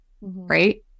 right